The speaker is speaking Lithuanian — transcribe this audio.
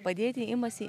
padėti imasi